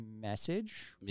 message